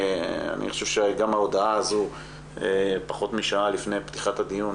אני חושב שגם ההודעה הזו פחות משעה לפני פתיחת הדיון,